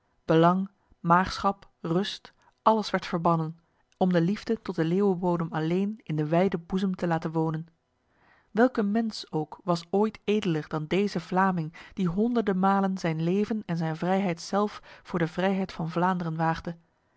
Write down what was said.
belang maagschap rust alles werd verbannen om de liefde tot de leeuwenbodem alleen in de wijde boezem te laten wonen welke mens ook was ooit edeler dan deze vlaming die honderden malen zijn leven en zijn vrijheid zelf voor de vrijheid van vlaanderen waagde